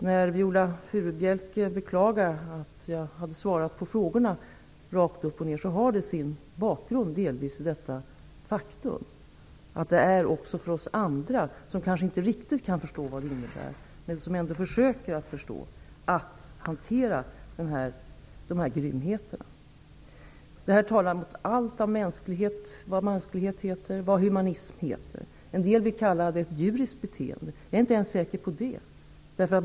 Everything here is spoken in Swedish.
När Viola Furubjelke beklagar att jag hade svarat på frågorna rakt upp och ner har det delvis sin bakgrund i detta faktum. Det är också för oss andra, som kanske inte riktigt kan förstå vad det innebär, men som ändå försöker att förstå, svårt att hantera de här grymheterna. Det här talar mot allt vad mänsklighet och humanism heter. En del vill kalla det för djuriskt beteende, men jag är inte ens säker på det.